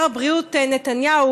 שר הבריאות נתניהו,